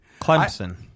Clemson